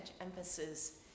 emphasis